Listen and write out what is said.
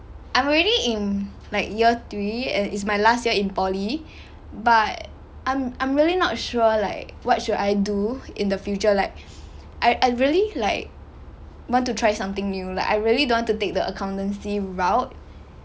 I'm already in like year three and it's my last year in poly but I'm I'm really not sure like what should I do in the future like I I really like want to try something new like I really don't want to take the accountancy route